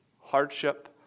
hardship